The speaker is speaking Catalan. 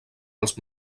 els